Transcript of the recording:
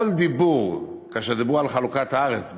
כל דיבור, כאשר דיברו על חלוקת הארץ ב-1937,